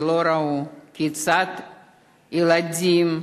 שלא ראו כיצד ילדים,